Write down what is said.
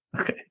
Okay